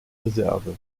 reserve